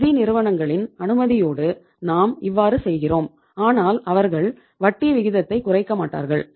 நிதி நிறுவனங்களின் அனுமதியோடு நாம் இவ்வாறு செய்கிறோம் ஆனால் அவர்கள் வட்டி விகிதத்தை குறைக்க மாட்டார்கள்